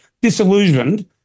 disillusioned